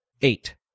Eight